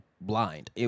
blind